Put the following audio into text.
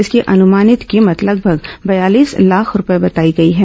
इसकी अनुमानित कीमत लगभग बयालीस लाख रूपये बताई गई है